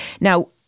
Now